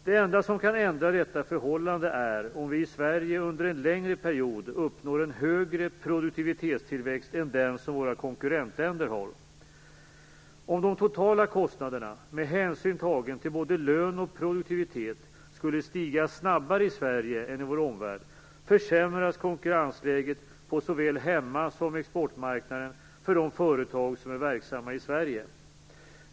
Det enda som kan ändra detta förhållande är om vi i Sverige under en längre period uppnår en högre produktivitetstillväxt än den som våra konkurrentländer har. Om de totala kostnaderna, med hänsyn tagen till både lön och produktivitet, skulle stiga snabbare i Sverige än i vår omvärld, försämras konkurrensläget på såväl hemma som exportmarknaden för de företag som är verksamma i Sverige.